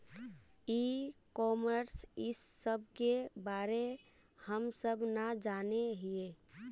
ई commerce इस सब के बारे हम सब ना जाने हीये?